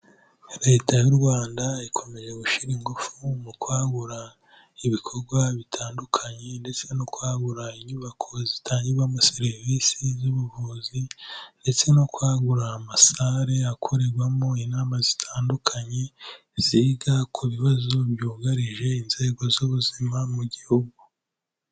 Leta y'u Rwanda, ikomeje gushyira ingufu mu kwagura ibikorwa bitandukanye, ndetse no kwagura inyubako zitangirwamo serivisi z'ubuvuzi, ndetse no kwagura amasare akorerwamo inama zitandukanye, ziga ku bibazo byugarije inzego z'ubuzima mu gihugu.